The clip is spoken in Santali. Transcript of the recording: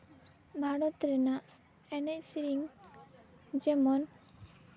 ᱵᱷᱟᱨᱚᱛ ᱨᱮᱱᱟᱜ ᱮᱱᱮᱡᱼᱥᱮᱨᱮᱧ ᱡᱮᱢᱚᱱ